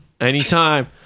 anytime